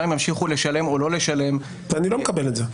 ימשיכו לשלם או לא לשלם --- אני לא מקבל את זה.